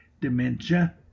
dementia